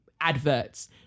adverts